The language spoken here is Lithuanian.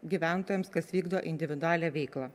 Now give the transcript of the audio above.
gyventojams kas vykdo individualią veiklą